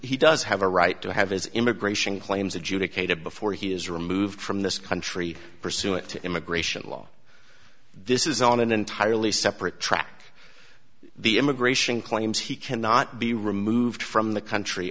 he does have a right to have his immigration claims adjudicated before he is removed from this country pursuant to immigration law this is on an entirely separate track the immigration claims he cannot be removed from the country